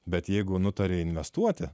bet jeigu nutarė investuoti